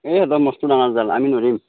এই একদম মস্ত ডাঙৰ জাল আমি নোৱাৰিম